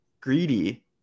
greedy